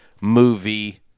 movie